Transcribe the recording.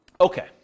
Okay